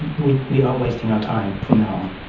and we we are wasting our time from now on.